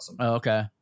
Okay